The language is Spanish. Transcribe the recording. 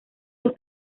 los